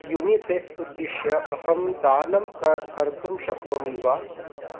UNICEF उद्दिश्य अहं दानं किं कर्तुं शक्नोमि वा